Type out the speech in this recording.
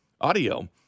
Audio